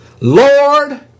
Lord